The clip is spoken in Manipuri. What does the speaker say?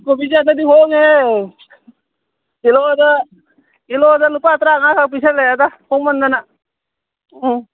ꯀꯣꯕꯤꯁꯦ ꯍꯟꯗꯛꯇꯤ ꯍꯣꯡꯉꯦꯍꯦ ꯀꯤꯂꯣꯗ ꯂꯨꯄꯥ ꯇꯔꯥ ꯃꯉꯥ ꯈꯛ ꯄꯤꯁꯜꯂꯛꯑꯦꯗ ꯍꯣꯡꯃꯟꯗꯅ ꯎꯝ